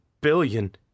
billion